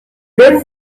good